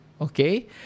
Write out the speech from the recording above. okay